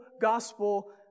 gospel